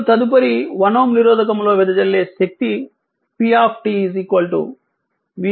ఇప్పుడు తదుపరి 1 Ω నిరోధకంలో వెదజల్లే శక్తి p v 2 R